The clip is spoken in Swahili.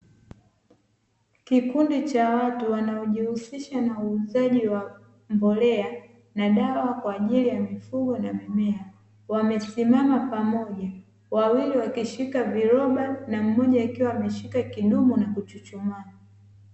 Kikundi cha watu wanaojihusisha na uuzaji wa mbolea na dawa kwa ajili ya mifugo na mimea, wamesimama pamoja wawili wakishika viroba na mmoja akiwa ameshika kidumu na kuchuchumaa.